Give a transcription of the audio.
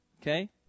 okay